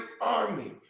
army